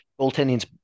Goaltending's